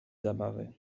zabawy